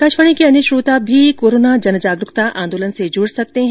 आकाशवाणी के अन्य श्रोता भी कोरोना जनजागरुकता आंदोलन से जुड सकते हैं